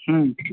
ହୁଁ